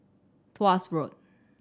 Tuas Road